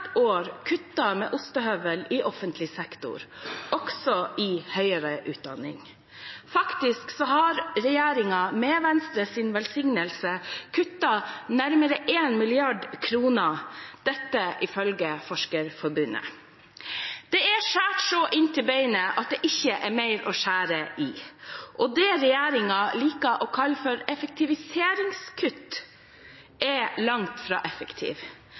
år kuttet med ostehøvel i offentlig sektor, også i høyere utdanning. Faktisk har regjeringen med Venstres velsignelse kuttet nærmere 1 mrd. kr, ifølge Forskerforbundet. Det er skåret så inn til beinet at det ikke er mer å skjære i. Og det regjeringen liker å kalle for effektiviseringskutt, er langt fra